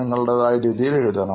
നിങ്ങളുടേതായ രീതിയിൽ എഴുതണം